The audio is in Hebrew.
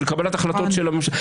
של קבלת החלטות של הממשלה.